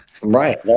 Right